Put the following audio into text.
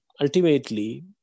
Ultimately